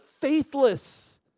faithless